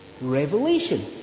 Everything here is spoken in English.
revelation